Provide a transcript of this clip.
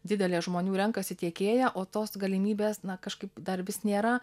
didelė žmonių renkasi tiekėją o tos galimybės na kažkaip dar vis nėra